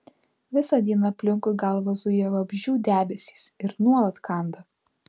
visą dieną aplinkui galvą zuja vabzdžių debesys ir nuolat kanda